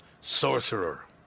sorcerer